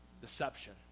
Deception